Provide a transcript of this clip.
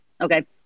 okay